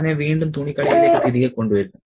അവനെ വീണ്ടും തുണിക്കടയിലേക്ക് തിരികെ കൊണ്ടുവരുന്നു